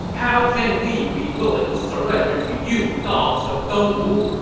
how can we be willing to surrender to you dogs of dongwu!